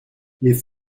les